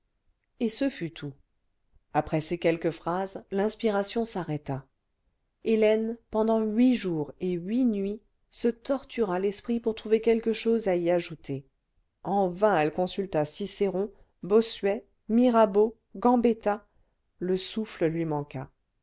et ce fut tout après ces quelques phrases l'inspiration s'arrêta hélène pendant huit jours et huit nuits se tortura l'esprit pour trouver quelque chose à y ajouter en vain elle consulta cicéron bossuet mirabeau gambetta le souffle lui manqua